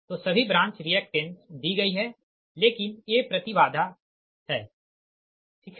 तो सभी branch reactance दी गई है लेकिन ये प्रति बाधा है ठीक है